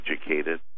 educated